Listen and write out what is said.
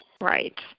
Right